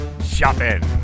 shopping